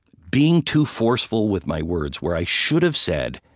being too forceful with my words where i should've said,